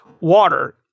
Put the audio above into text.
water